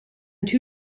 two